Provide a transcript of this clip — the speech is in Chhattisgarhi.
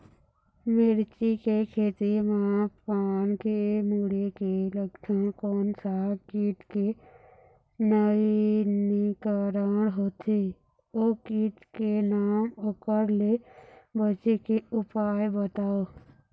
मिर्ची के खेती मा पान के मुड़े के लक्षण कोन सा कीट के नवीनीकरण होथे ओ कीट के नाम ओकर ले बचे के उपाय बताओ?